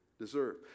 deserve